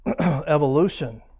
evolution